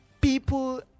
people